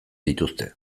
dituzte